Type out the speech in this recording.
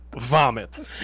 Vomit